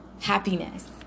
happiness